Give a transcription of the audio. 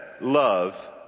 love